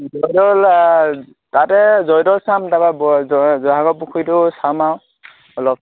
জয়দৌল তাতে জয়দৌল চাম তাৰপৰা জয় জয়সাগৰ পুখুৰীটো চাম আৰু অলপ